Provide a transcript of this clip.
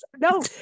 No